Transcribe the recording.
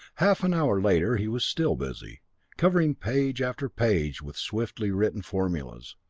half an hour later he was still busy covering page after page with swiftly written formulas.